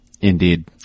Indeed